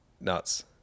Nuts